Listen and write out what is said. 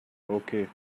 okay